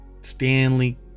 stanley